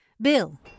Bill